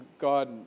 God